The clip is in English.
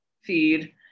feed